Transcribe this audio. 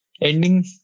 ending